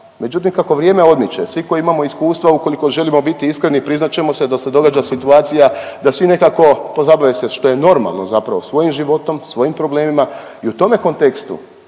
međutim kako vrijeme odmiče svi koji imamo iskustva ukoliko želimo biti iskreni priznat ćemo se da se događa situacija da svi nekako pozabave se što je normalno zapravo svojim životom, svojim problemima i u tome kontekstu